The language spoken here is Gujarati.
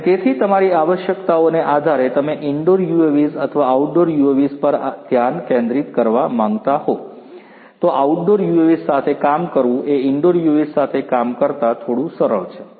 અને તેથી તમારી આવશ્યકતાઓને આધારે તમે ઇન્ડોર UAVs અથવા આઉટડોર UAVs પર ધ્યાન કેન્દ્રિત કરવા માંગતા હો તો આઉટડોર UAVs સાથે કામ કરવું એ ઇન્ડોર UAVs સાથે કામ કરતા થોડું સરળ છે